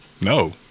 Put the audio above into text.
No